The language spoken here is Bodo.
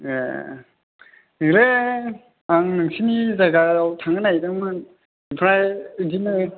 ए नैलै आं नोंसिनि जायगायाव थांनो नागिरदोंमोन ओमफ्राय बिदिनो